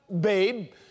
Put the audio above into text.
babe